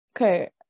okay